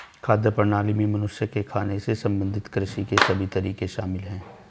खाद्य प्रणाली में मनुष्य के खाने से संबंधित कृषि के सभी तरीके शामिल है